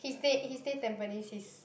he stay he stay Tampines East